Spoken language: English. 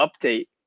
update